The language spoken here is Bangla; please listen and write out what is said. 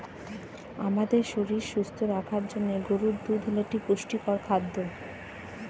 আমাদের শরীর সুস্থ রাখার জন্য গরুর দুধ হল একটি পুষ্টিকর খাদ্য